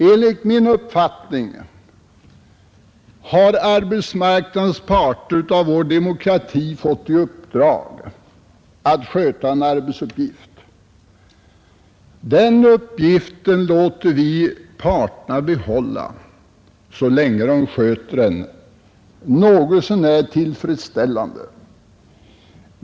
Enligt min uppfattning har arbetsmarknadens parter i vår demokrati fått i uppdrag att sköta en arbetsuppgift. Den uppgiften låter vi parterna behålla så länge de sköter den något så när tillfredsställande.